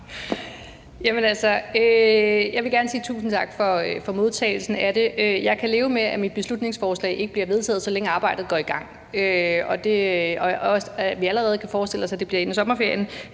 Jeg vil gerne sige tusind tak for modtagelsen af forslaget. Jeg kan leve med, at mit beslutningsforslag ikke bliver vedtaget, så længe arbejdet går i gang, og at vi allerede kan forestille os, at det bliver inden sommerferien,